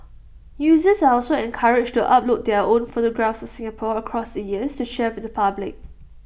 users are also encouraged to upload their own photographs of Singapore across the years to share with the public